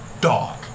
dog